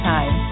Time